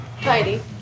tidy